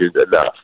enough